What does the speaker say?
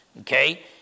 okay